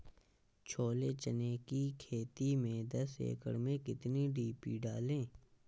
छोले चने की खेती में दस एकड़ में कितनी डी.पी डालें?